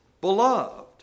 Beloved